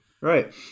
Right